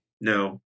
No